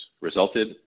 resulted